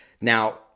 Now